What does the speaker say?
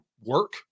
work